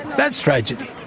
that's tragedy.